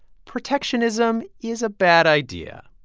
protectionism is a bad idea.